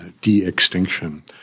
de-extinction